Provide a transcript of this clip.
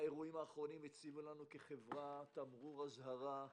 האירועים האחרונים הציגו לנו כחברה תמרור אזהרה.